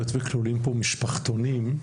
היות וכלולים פה משפחתונים,